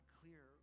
clear